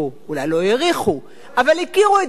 אולי לא העריכו, אבל הכירו את דעותיה.